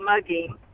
mugging